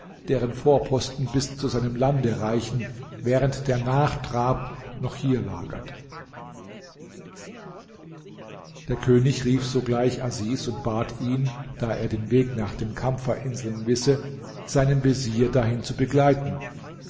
deren vorposten bis zu seinem lande reichen während der nachtrab noch hier lagert der könig rief sogleich asis und bat ihn da er den weg nach den kampferinseln wisse seinen vezier dahin zu begleiten